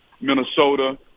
Minnesota